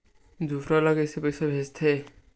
दूसरा ला कइसे पईसा भेजथे?